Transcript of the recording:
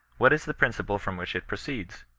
what is the principle from which it proceeds?